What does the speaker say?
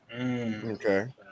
Okay